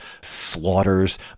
slaughters